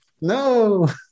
No